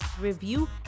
review